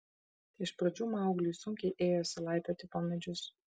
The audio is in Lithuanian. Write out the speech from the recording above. iš pradžių maugliui sunkiai ėjosi laipioti po medžius